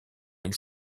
ils